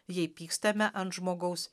jei pykstame ant žmogaus